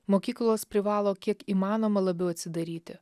mokyklos privalo kiek įmanoma labiau atsidaryti